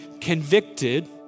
convicted